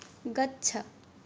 गच्छ